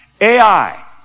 AI